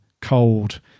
cold